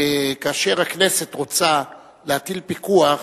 כאשר הכנסת רוצה להטיל פיקוח,